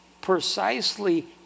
precisely